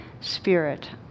spirit